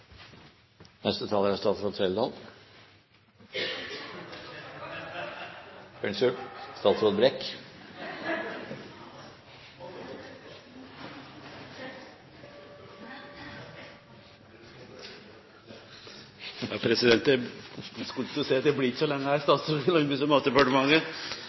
Neste taler er statsråd Trældal – unnskyld, statsråd Brekk. Jeg skulle til å si at det blir ikke så lenge jeg er